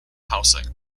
housing